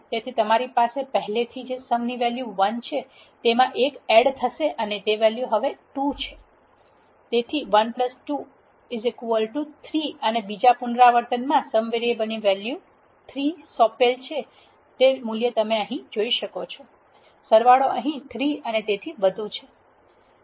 તેથી તમારી પાસે પહેલેથી જ sum ની વેલ્યુ 1 છે અને I ની વેલ્યુ 2 છે તેથી 1 2 3 અને બીજા પુનરાવર્તનમાં sum વેરીએબલ ને વેલ્યુ 3 સોંપેલ છે તમે તે મૂલ્ય જોઈ શકો છો સરવાળો અહીં 3 અને તેથી વધુ છે